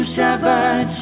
Shabbat